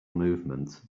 movement